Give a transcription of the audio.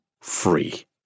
free